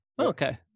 Okay